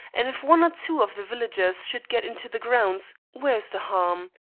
and if one or two of the villagers should get into the grounds, where is the harm?